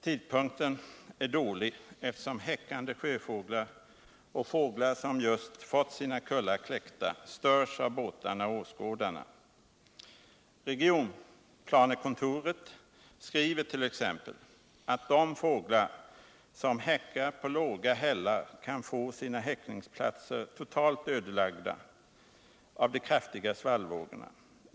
Tidpunkten är dåligt vald, eftersom häckande sjöfågel och fåglar som just fått sina kullar kläckta störs av båtarna och åskådarna. Regionplanekontoret i Stockholms län skriver t.ex., att de fåglar som häckar på låga hällar kan få sina häckningsplatser totalt ödelagda av de kraftiga svallvågorna.